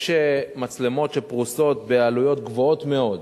יש מצלמות שפרוסות בעלויות גבוהות מאוד,